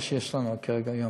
מה שיש לנו כרגע היום.